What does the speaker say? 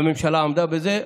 והממשלה עמדה בזה.